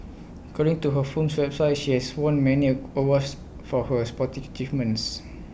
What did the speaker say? according to her firm's website she has won many awards for her sporting achievements